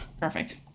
Perfect